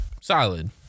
solid